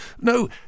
No